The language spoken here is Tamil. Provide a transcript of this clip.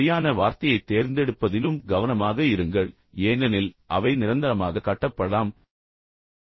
சரியான வார்த்தையைத் தேர்ந்தெடுப்பதிலும் கவனமாக இருங்கள் ஏனெனில் அவை நிரந்தரமாக காட்டப்படலாம் நீங்கள் எழுதும் எதையும்